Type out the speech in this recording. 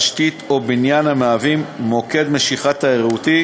תשתית או בניין המהווים מוקד משיכה תיירותי